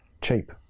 cheap